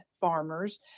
farmers